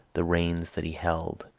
the reins that he held.